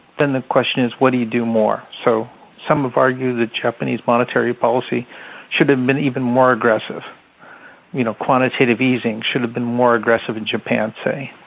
then the question is what do you do more? so some have argued that japanese monetary policy should have been even more aggressive you know, quantitative easing should have been more aggressive in japan, say.